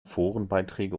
forenbeiträge